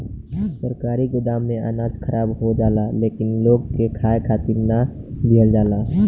सरकारी गोदाम में अनाज खराब हो जाला लेकिन लोग के खाए खातिर ना दिहल जाला